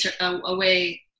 away